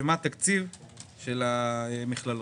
ומה התקציב של המכללות?